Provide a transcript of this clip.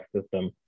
system